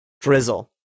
Drizzle